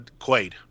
Quaid